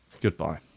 Goodbye